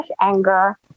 anger